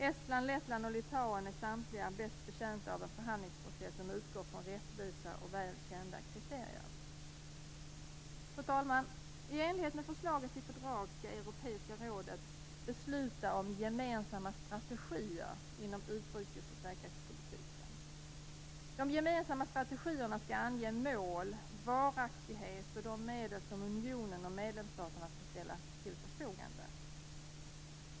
Estland, Lettland och Litauen är samtliga bäst betjänta av en förhandlingsprocess som utgår från rättvisa och väl kända kriterier. Fru talman! I enlighet med förslaget till fördrag skall Europeiska rådet besluta om gemensamma strategier inom utrikes och säkerhetspolitiken. De gemensamma strategierna skall ange mål, varaktighet och de medel som unionen och medlemsstaterna skall ställa till förfogande.